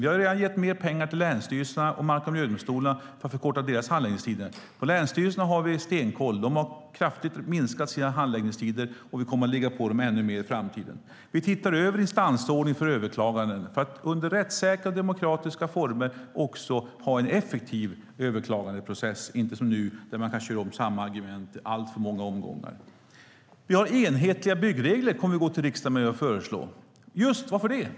Vi har redan gett mer pengar till länsstyrelserna och mark och miljödomstolarna för att förkorta deras handläggningstider. Länsstyrelserna har vi stenkoll på. De har kraftigt minskat sina handläggningstider, och vi kommer att ligga på dem ännu mer i framtiden. Vi tittar över instansordningen för överklaganden för att under rättssäkra och demokratiska former också ha en effektiv överklagandeprocess i stället för som nu då man kan köra om samma argument i alltför många omgångar. Vi kommer att gå till riksdagen och föreslå enhetliga byggregler. Varför?